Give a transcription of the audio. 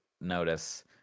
notice